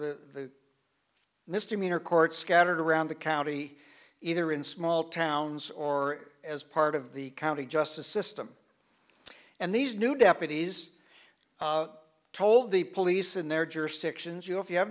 the misdemeanor court scattered around the county either in small towns or as part of the county justice system and these new deputies told the police in their jurisdictions you know if you have